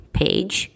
page